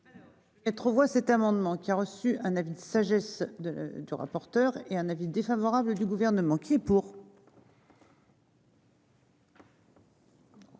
Allô. Et revois cet amendement qui a reçu un avis de sagesse de du rapporteur et un avis défavorable du gouvernement qui pour.